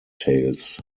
tails